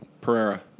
Pereira